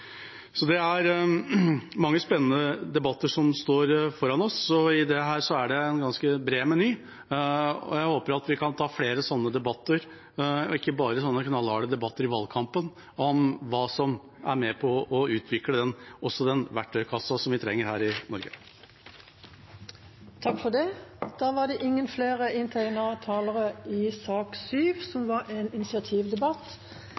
Det er mange spennende debatter som står foran oss, og i dette er det en ganske bred meny. Jeg håper at vi kan ta flere sånne debatter, om hva som er med på å utvikle også den verktøykassa vi trenger her i Norge, ikke bare sånne knallharde debatter i valgkampen. Flere har ikke bedt om ordet til sak